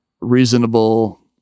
reasonable